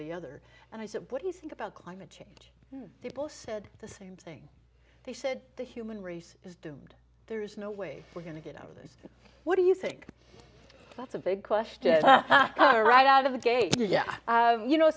the other and i said what do you think about climate change people said the same thing they said the human race is doomed there's no way we're going to get out of this what do you think that's a big question right out of the gate yeah you know